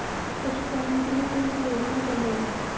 पशुपालन के लिए कौन सी योजना चल रही है?